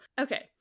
Okay